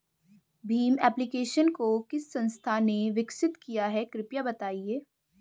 Bhim application को किस संस्था ने विकसित किया है कृपया बताइए?